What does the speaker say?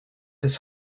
his